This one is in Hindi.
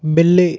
बिल्ली